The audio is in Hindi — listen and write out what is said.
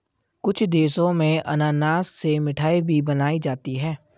कुछ देशों में अनानास से मिठाई भी बनाई जाती है